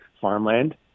farmland